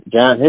John